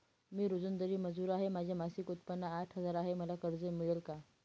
मी रोजंदारी मजूर आहे आणि माझे मासिक उत्त्पन्न आठ हजार आहे, मला कर्ज मिळेल का?